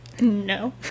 no